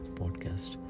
podcast